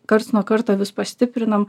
karts nuo karto vis pastiprinam